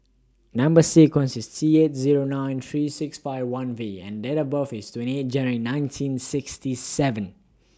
Number sequence IS T eight Zero nine three six five one V and Date of birth IS twenty eight January nineteen sixty seven